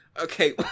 Okay